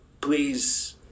please